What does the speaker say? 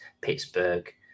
Pittsburgh